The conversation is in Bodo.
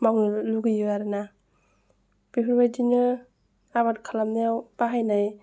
माने लुगैयो आरो ना बेफोरबायदिनो आबाद खालामनायाव बाहायनाय